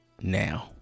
now